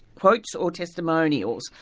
quotes or testimonials,